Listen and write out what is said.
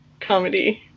comedy